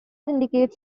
indicates